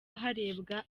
harebwa